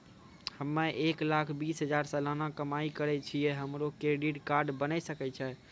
हम्मय एक लाख बीस हजार सलाना कमाई करे छियै, हमरो क्रेडिट कार्ड बने सकय छै?